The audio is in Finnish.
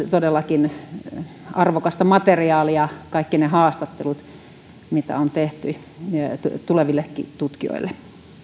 todellakin arvokasta materiaalia kaikki ne haastattelut mitä on tehty tulevillekin tutkijoille